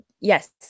Yes